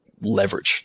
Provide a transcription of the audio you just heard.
leverage